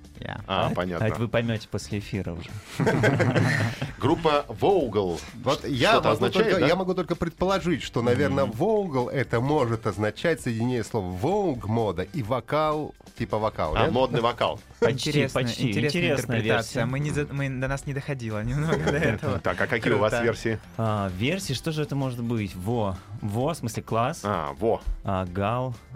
А, А понятно. это вы поймёте после эфира уже. Группа Vogel. Ш- Вот я что-то могу означает, только- да? я могу только предположить, что, наверно, Мгм. Vogel — это может означать соединение слов Vogue — мода и вокал, типа вокал, А, нет? модный вокал. Почти, почти. Интересная- интересная Интересная версия. интерпретация. Мы не за- Мгм. мы- до нас не доходило немного до этого. Так, а какие у вас Круто. версии? А, версии, что же это может быть? Во. Во, в смысле класс. А, во. А, гал.